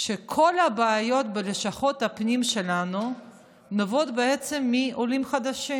היא שכל הבעיות בלשכות הפנים שלנו נובעות בעצם מהעולים החדשים.